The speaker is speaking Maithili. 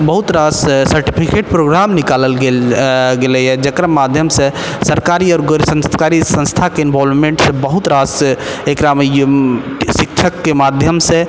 बहुत रास सर्टिफिकेट प्रोग्राम निकालल गेल गेलैए जेकर माध्यम से सरकारी आओर गैर सरकारी संस्थाके इन्वोल्वमेन्ट बहुत रास एकरामे शिक्षकके माध्यम से